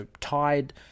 tied